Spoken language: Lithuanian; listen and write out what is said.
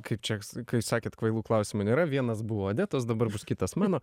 kaip čia s kai sakėt kvailų klausimų nėra vienas buvo odetos dabar bus kitas mano